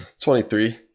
23